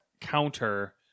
counter